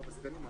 הסיעה.